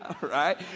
right